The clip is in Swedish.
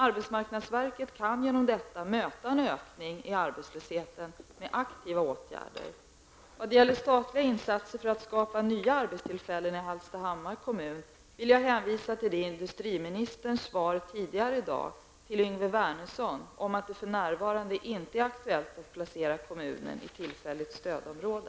Arbetsmarknadsverket kan genom detta möta en ökning i arbetslösheten med aktiva åtgärder. Vad gäller statliga insatser för att skapa nya arbetstillfällen i Hallstahammars kommun vill jag hänvisa till industriministerns svar tidigare i dag till Yngve Wernersson om att det för närvarande inte är aktuellt att placera kommunen i tillfälligt stödområde.